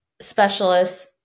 specialists